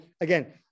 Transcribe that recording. again